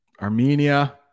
Armenia